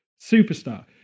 superstar